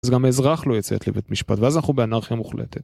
אז גם האזרח לא יציית לבית משפט ואז אנחנו באנרכיה מוחלטת.